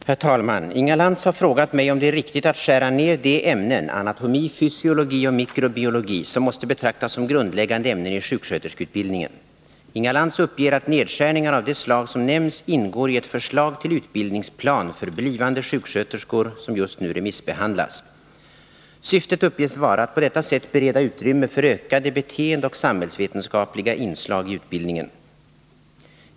Herr talman! Inga Lantz har frågat mig om det är riktigt att skära ner de ämnen — anatomi, fysiologi och mikrobiologi — som måste betraktas som grundläggande ämnen i sjuksköterskeutbildningen. Inga Lantz uppger att nedskärningar av det slag som nämns ingår i ett förslag till utbildningsplan för blivande sjuksköterskor som just nu remissbehandlas. Syftet uppges vara att på detta sätt bereda utrymme för ökade beteendeoch samhällsvetenskapliga inslag i utbildningen.